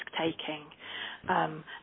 risk-taking